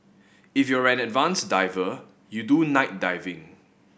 if you're an advanced diver you do night diving